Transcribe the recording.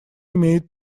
имеет